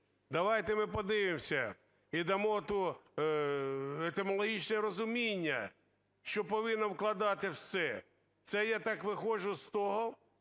Давайте ми подивися і дамо ту...этому логічне розуміння, що повинно вкладати все. Це я так виходжу з того,